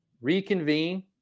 reconvene